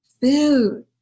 food